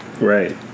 Right